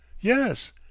Yes